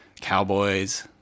Cowboys